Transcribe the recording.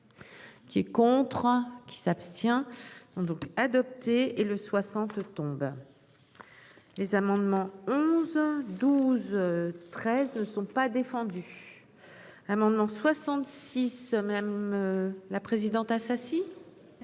Qui est contre. Qui s'abstient. Donc adopté et le 60 tombent. Les amendements. 11 12 13 nous ne sont pas défendus. Amendement 66 même. La présidente Assassi.